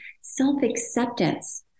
self-acceptance